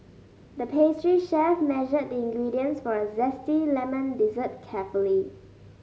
the pastry chef measured the ingredients for a zesty lemon dessert carefully